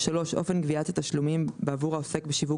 (3)אופן גביית התשלומים בעבור העוסק בשיווק